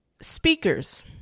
speakers